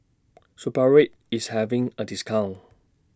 Supravit IS having A discount